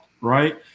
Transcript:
Right